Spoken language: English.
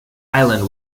island